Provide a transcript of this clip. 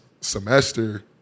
semester